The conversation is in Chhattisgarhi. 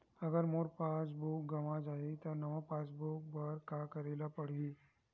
अगर मोर पास बुक गवां जाहि त नवा पास बुक बर का करे ल पड़हि?